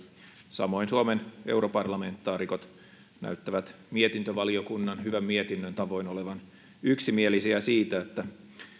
samoin suomen europarlamentaarikot näyttävät mietintövaliokunnan hyvän mietinnön tavoin olevan yksimielisiä siitä että